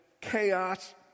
chaos